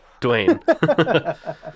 dwayne